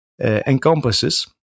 encompasses